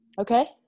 okay